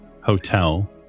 hotel